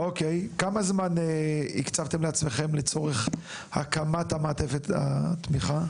כמה זמן הקצבתם לעצמכם לצורך הקמת מעטפת התמיכה?